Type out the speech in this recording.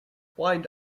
wind